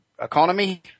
economy